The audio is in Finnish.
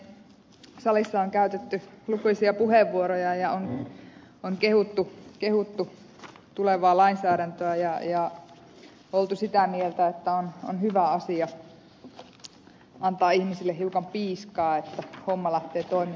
salissa on käytetty lukuisia puheenvuoroja ja on kehuttu tulevaa lainsäädäntöä ja oltu sitä mieltä että on hyvä asia antaa ihmisille hiukan piiskaa että homma lähtee toimimaan